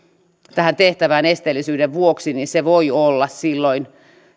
esteellisyyden vuoksi niin se voi olla silloin